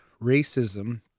racism